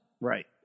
Right